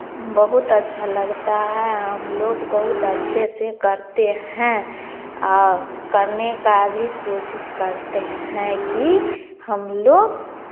बहुत अच्छा लगता है हम लोग बहुत अच्छे से करते हैं और करने का भी कोशिश करते हैं कि हम लोग